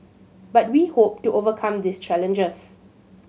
but we hope to overcome these challenges